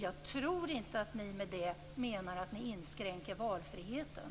Jag tror inte att ni med det menar att ni inskränker valfriheten.